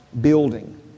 building